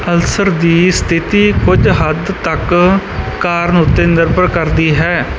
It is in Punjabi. ਅਲਸਰ ਦੀ ਸਥਿਤੀ ਕੁਝ ਹੱਦ ਤੱਕ ਕਾਰਨ ਉੱਤੇ ਨਿਰਭਰ ਕਰਦੀ ਹੈ